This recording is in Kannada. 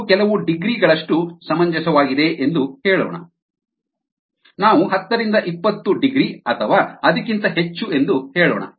ಅದು ಕೆಲವು ಡಿಗ್ರಿ ಗಳಷ್ಟು ಸಮಂಜಸವಾಗಿದೆ ಎಂದು ಹೇಳೋಣ ನಾವು 10 20 ಡಿಗ್ರಿ ಅಥವಾ ಅದಕ್ಕಿಂತ ಹೆಚ್ಚು ಎಂದು ಹೇಳೋಣ